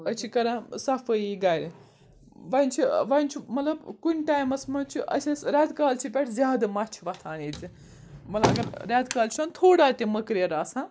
أسۍ چھِ کَران صفٲیی گَرِ وۄنۍ چھِ وۄنۍ چھُ مطلب کُنہِ ٹایمَس منٛز چھُ أسۍ ٲسۍ رٮ۪تہٕ کال چھِہِ پٮ۪ٹھ زیادٕ مَچھِ وۄتھان ییٚتہِ مطلب اگر رٮ۪ت کالہِ چھُ وَن تھوڑا تہِ مٔکریر آسان